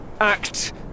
act